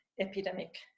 epidemic